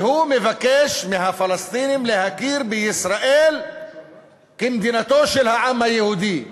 והוא מבקש מהפלסטינים להכיר בישראל כמדינתו של העם היהודי.